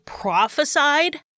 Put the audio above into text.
prophesied